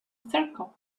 circle